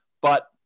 but-